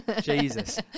Jesus